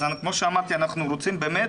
אז כמו שאמרתי, אנחנו רוצים באמת